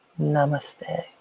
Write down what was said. Namaste